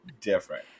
different